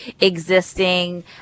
existing